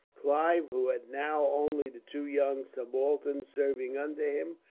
clive, who had now only the two young subalterns serving under him,